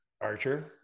archer